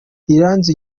iranzi